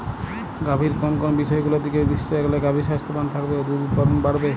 গাভীর কোন কোন বিষয়গুলোর দিকে দৃষ্টি রাখলে গাভী স্বাস্থ্যবান থাকবে বা দুধ উৎপাদন বাড়বে?